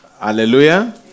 Hallelujah